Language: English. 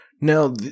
Now